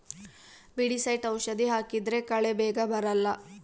weedicide ಔಷಧಿ ಹಾಕಿದ್ರೆ ಕಳೆ ಬೇಗ ಬರಲ್ಲ